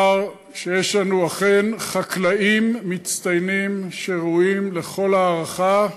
אומר שיש לנו אכן חקלאים מצטיינים שראויים לכל הערכה,